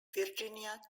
virginia